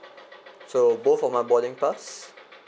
so both of my boarding pass